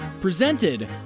presented